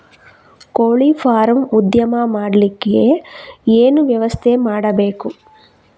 ಕೋಳಿ ಫಾರಂ ಉದ್ಯಮ ಮಾಡಲಿಕ್ಕೆ ಏನು ವ್ಯವಸ್ಥೆ ಮಾಡಬೇಕು?